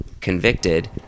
convicted